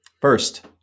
First